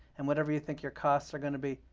and whatever you think your costs are going to be,